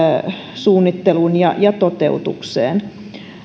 suunnitteluun ja ja toteutukseen